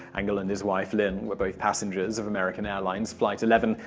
angell and his wife, lynn, were both passengers of american airlines flight eleven,